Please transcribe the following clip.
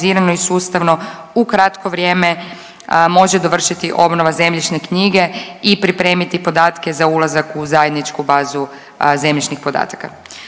i sustavno u kratko vrijeme može dovršiti obnova zemljišne knjige i pripremiti podatke za ulazak u zajedničku bazu zemljišnih podataka.